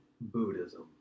Buddhism